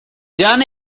done